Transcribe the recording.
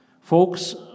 Folks